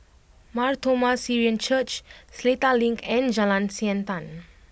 Mar Thoma Syrian Church Seletar Link and Jalan Siantan